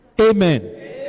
Amen